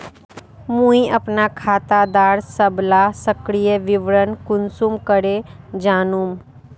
मुई अपना खाता डार सबला सक्रिय विवरण कुंसम करे जानुम?